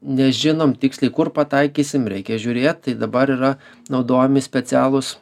nežinom tiksliai kur pataikysim reikia žiūrėt tai dabar yra naudojami specialūs